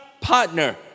partner